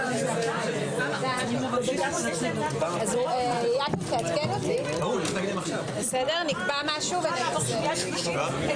10:45.